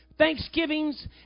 Thanksgivings